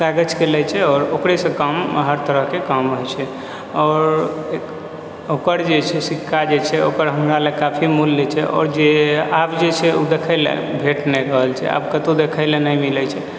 कागजके लै छै आओर ओकरेसँ काम हर तरहके काम होइ छै आओर ओकर जे छै सिक्का जे छै ओकर हमरा लग काफी मूल्य छै आओर जे आब जे छै ओ देखै लए भेट नहि रहल छै आब कतौ देखै लए नहि मिलै छै